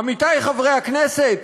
עמיתי חברי הכנסת,